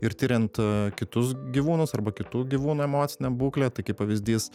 ir tiriant aa kitus gyvūnus arba kitų gyvūnų emocinę būklę tai kaip pavyzdys